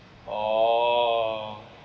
orh